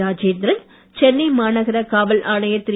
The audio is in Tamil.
ராஜேந்திரன் சென்னை மாநகர காவல் ஆணையர் திரு